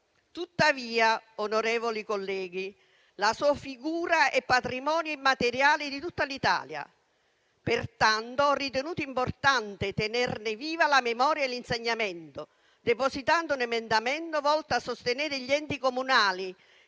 Tuttavia, onorevoli colleghi, la sua figura è patrimonio immateriale di tutta l'Italia, pertanto ho ritenuto importante tenerne viva la memoria e l'insegnamento, depositando un emendamento volto a sostenere gli enti comunali